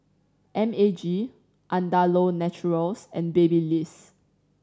M A G Andalou Naturals and Babyliss